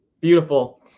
Beautiful